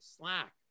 Slack